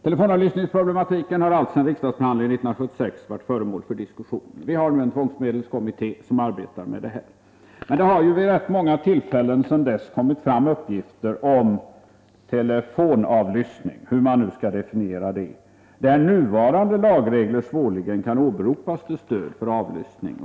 Telefonavlyssningsproblematiken har alltsedan riksdagsbehandlingen 1976 varit föremål för diskussion. Tvångsmedelskommittén arbetar nu med denna fråga. Men vid många tillfällen sedan dess har det kommit fram uppgifter om telefonavlyssning — hur den nu skall definieras — där nuvarande lagregler svårligen kan åberopas till stöd för avlyssning.